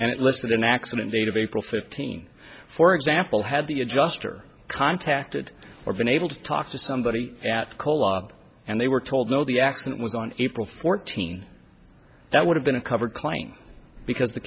and it listed an accident date of april fifteenth for example had the adjuster contacted or been able to talk to somebody at colaba and they were told no the accident was on april fourteenth that would have been a covered claim because the